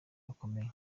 bakomeye